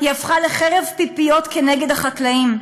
היא הפכה לחרב פיפיות נגד החקלאים.